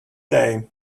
day